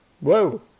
Whoa